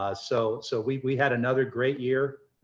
ah so so we we had another great year.